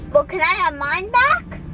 well can i have mine back?